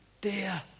dear